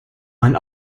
man